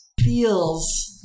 feels